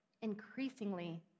increasingly